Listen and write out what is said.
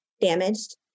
damaged